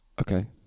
Okay